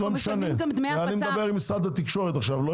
אנחנו משלמים גם דמי הפצה --- בסדר,